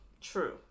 True